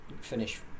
finish